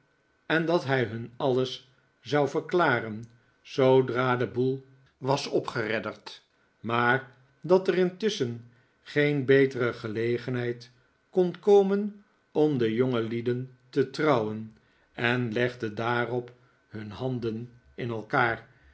en dat hij hun alles zou verklaren zoodra de boel was opgeredderd maar dat er intusschen geen betere gelegenheid kon komen om de jongelieden te trouwen en legde daarop hunhanden in elkaar